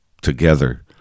together